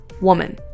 woman